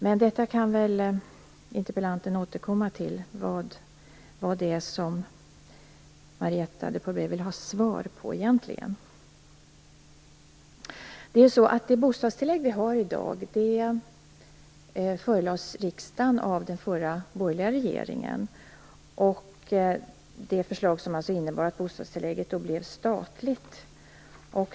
Men detta kan interpellanten återkomma till, så att jag får veta vad Marietta de Pourbaix-Lundin egentligen vill ha svar på. Det bostadstillägg som finns i dag förelades riksdagen av den förra borgerliga regeringen. Det förslaget innebar att bostadstillägget blev statligt.